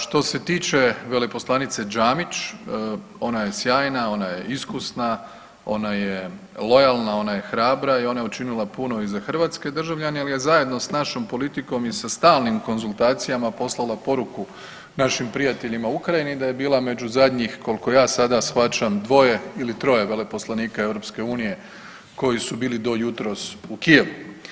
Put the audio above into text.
Što se tiče veleposlanice Džamić, ona je sjajna, ona je iskusna, ona je lojalna, ona je hrabra i ona je učinila puno i za hrvatske državljane, ali i zajedno s našom politikom i sa stalnim konzultacijama poslala poruku našim prijateljima u Ukrajini, da je bila među zadnjih, koliko ja sada shvaćam dvoje ili troje veleposlanika EU koji su bili do jutros u Kijevu.